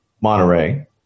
Monterey